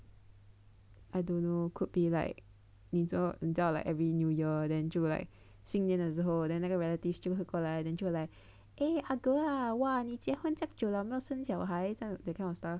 I don't know could be like 你知道 like 你知道 like every new year then 就 like 新年的时候 then 那个 relatives 就会过来 then 就 like eh ah girl ah !wah! 你结婚这样就了你没有生小孩 that kind of stuff